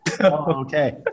okay